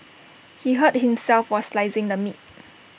he hurt himself while slicing the meat